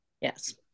Yes